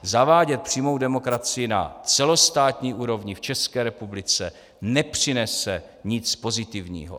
Zavádět přímou demokracii na celostátní úrovni v České republice nepřinese nic pozitivního.